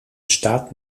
staat